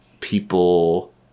people